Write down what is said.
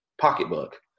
pocketbook